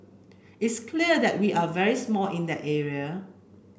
it's clear that we are very small in that area